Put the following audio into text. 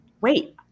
wait